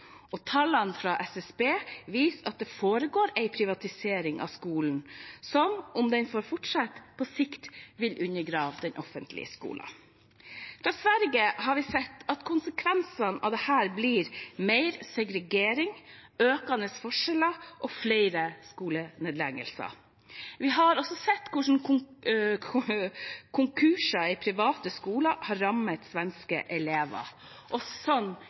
Tallene fra SSB viser at det foregår en privatisering av skolen som – om den får fortsette – på sikt vil undergrave den offentlige skolen. Fra Sverige har vi sett at konsekvensene av dette blir mer segregering, økende forskjeller og flere skolenedleggelser. Vi har også sett hvordan konkurser i private skoler har rammet svenske elever. Sånn